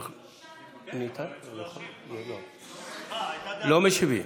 לא משיבים.